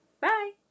Bye